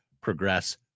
progress